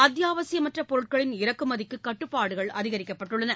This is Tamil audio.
அத்தியாவசியமற்ற பொருட்களின் இறக்குமதிக்கு கட்டுப்பாடுகள் அதிகரிக்கப்பட்டுள்ளன